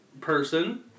person